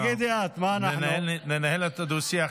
למלחמה, לאל-ח'רב.